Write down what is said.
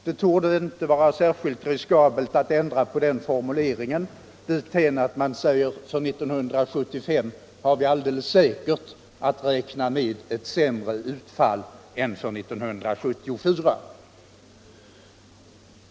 Det torde inte vara särskilt riskabelt att ändra på den formuleringen dithän att man säger: För 1975 har vi alldeles säkert att räkna med ett sämre utfall än för 1974.